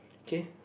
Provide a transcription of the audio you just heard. K